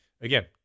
Again